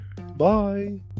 Bye